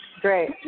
Great